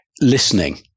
listening